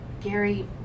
Gary